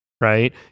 right